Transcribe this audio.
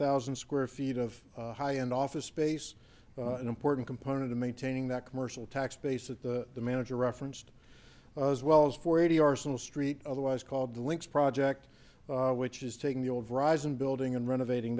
thousand square feet of high end office space an important component of maintaining that commercial tax base that the manager referenced as well as for eighty arsenal street otherwise called the lynx project which is taking the old risin building and renovating